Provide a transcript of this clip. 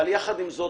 יחד עם זאת,